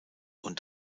und